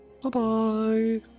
Bye-bye